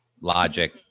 logic